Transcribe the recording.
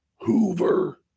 Hoover